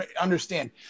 understand